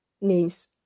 names